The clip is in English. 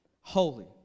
holy